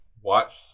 watch